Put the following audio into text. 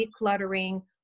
decluttering